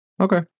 Okay